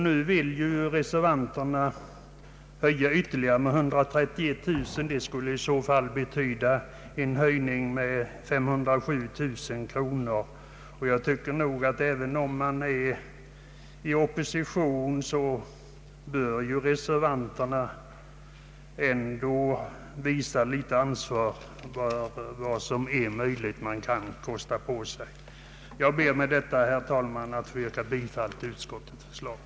Nu vill reservanterna höja med =<:ytterligare 131 000 kronor, vilket skulle betyda en sammanlagd höjning med 507 000 kronor. Jag tycker att reservanterna, även om de är i opposition, bör visa lite ansvar och se till vad som är möjligt att kosta på sig. Jag ber med detta, herr talman, att få yrka bifall till utskottets förslag.